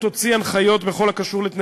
חשוב לציין